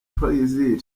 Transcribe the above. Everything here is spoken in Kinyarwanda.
plaisir